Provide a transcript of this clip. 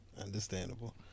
Understandable